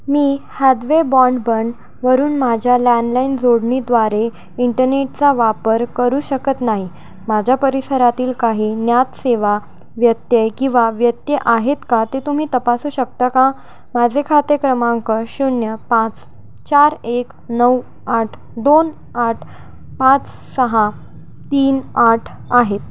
मी Hathway बॉन्डबंडवरून माझ्या landline जोडणीद्वारे इंटरनेटचा वापर करू शकत नाही माझ्या परिसरातील काही ज्ञात सेवा व्यत्यय किंवा व्यत्यय आहेत का ते तुम्ही तपासू शकता का माझे खाते क्रमांक शून्य पाच चार एक नऊ आठ दोन आठ पाच सहा तीन आठ आहे